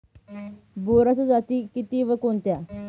बोराच्या जाती किती व कोणत्या?